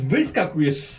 Wyskakujesz